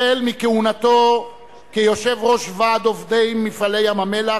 החל בכהונתו כיושב-ראש ועד עובדי "מפעלי ים-המלח",